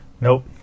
Nope